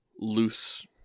loose